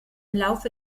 laufe